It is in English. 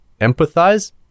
empathize